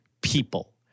people